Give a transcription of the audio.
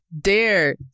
dare